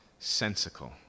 sensical